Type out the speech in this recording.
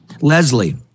Leslie